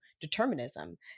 determinism